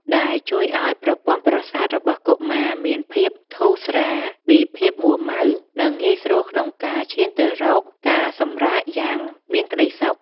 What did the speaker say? ដែលជួយឱ្យប្រព័ន្ធប្រសាទរបស់កុមារមានភាពធូរស្រាលពីភាពមួរម៉ៅ និងងាយស្រួលក្នុងការឈានទៅរកការសម្រាកយ៉ាងមានក្ដីសុខ។